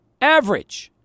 average